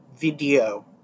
video